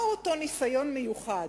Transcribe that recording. מהו אותו ניסיון מיוחד,